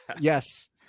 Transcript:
yes